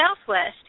southwest